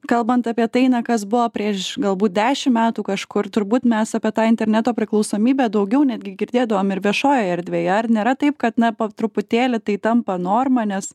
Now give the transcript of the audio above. kalbant apie tai na kas buvo prieš galbūt dešim metų kažkur turbūt mes apie tą interneto priklausomybę daugiau netgi girdėdavom ir viešojoj erdvėje nėra taip kad na po truputėlį tai tampa norma nes